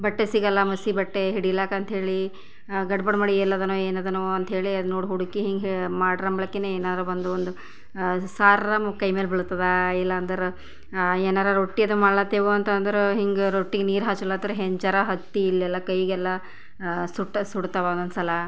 ಬಟ್ಟೆ ಸಿಗಲ್ಲ ಮಸಿ ಬಟ್ಟೆ ಹಿಡಿಲಾಕ ಅಂತ ಹೇಳಿ ಗಡ್ಬಡಿ ಮಾಡಿ ಎಲ್ಲದನೋ ಏನದನೋ ಅಂತ ಹೇಳಿ ಅದ್ನ ಹುಡುಕಿ ಹಿಂಗೆ ಮಾಡ್ರಮ್ ಅಂಬಳಿಕೆನೆ ಏನಾದ್ರು ಬಂದು ಒಂದು ಸಾರಾ ಕೈ ಮೇಲೆ ಬೀಳ್ತದ ಇಲ್ಲ ಅಂದರೆ ಏನಾರ ರೊಟ್ಟಿ ಅದು ಮಾಡ್ಲಾತ್ತೆವು ಅಂತಂದ್ರ ಹಿಂಗೆ ರೊಟ್ಟಿಗೆ ನೀರು ಹಚ್ಲಾತ್ತಾರ ಹೆಂಚರ ಹತ್ತಿ ಇಲ್ಲೆಲ್ಲ ಕೈಗೆಲ್ಲ ಸುಟ್ಟಾ ಸುಡ್ತವ ಒಂದೊಂದು ಸಲ